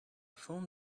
phone